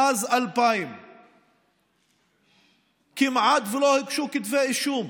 מאז 2000. כמעט שלא הוגשו כתבי אישום,